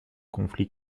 conflits